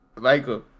Michael